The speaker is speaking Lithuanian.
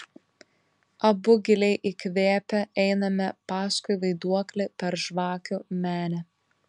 abu giliai įkvėpę einame paskui vaiduoklį per žvakių menę